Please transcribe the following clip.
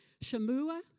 Shamua